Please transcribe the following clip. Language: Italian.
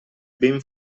ben